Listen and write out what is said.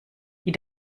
die